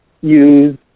use